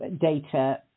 data